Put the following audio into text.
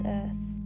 earth